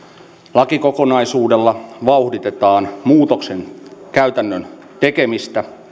lakikokonaisuudella vauhditetaan muutoksen käytännön tekemistä